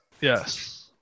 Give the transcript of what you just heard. Yes